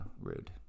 rude